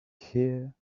here